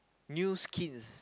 new skins